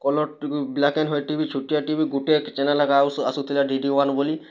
colour TV black and white TV ଛୋଟିଆ TV ଗୋଟିଏ channel ଏକା ଆସୁ ଥିଲା ଡି ଡି ୱାନ୍ ବୋଲି